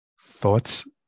thoughts